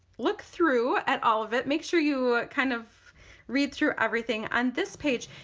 look through at all of it make sure you kind of read through everything on this page,